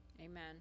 Amen